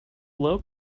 low